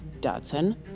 Dodson